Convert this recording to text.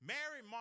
Mary